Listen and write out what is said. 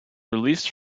released